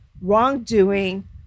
wrongdoing